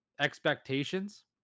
expectations